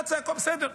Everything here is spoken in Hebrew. היו צעקות, בסדר.